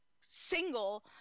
single